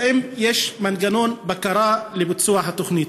האם יש מנגנון בקרה לביצוע התוכנית?